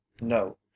no